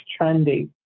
trendy